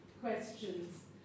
questions